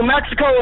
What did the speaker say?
Mexico